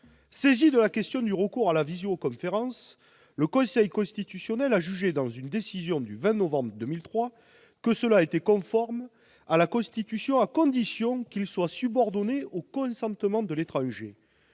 Saisi de la question du recours à la visioconférence, le Conseil constitutionnel a jugé, dans une décision du 20 novembre 2003, que l'utilisation de cette méthode était conforme à la Constitution, à condition qu'elle soit subordonnée au consentement de l'étranger.